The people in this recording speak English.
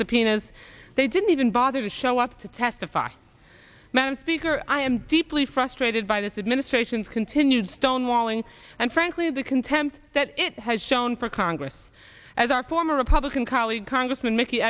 subpoenas they didn't even bother to show up to testify madam speaker i am deeply frustrated by this administration's continued stonewalling and frankly the contempt that it has shown for congress as our former republican colleague congressman mickey